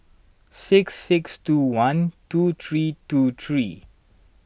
six six two one two three two three